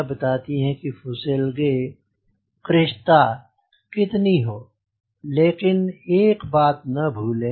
यह बताती हैं कि फुसेलगे कृशता कितनी हो लेकिन एक बात न भूले